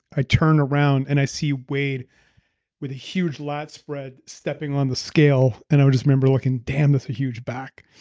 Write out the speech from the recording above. i turn around, and i see wade with huge lot spread, stepping on the scale. and i just remember looking, damn, that's a huge back.